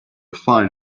find